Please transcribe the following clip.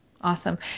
Awesome